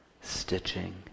stitching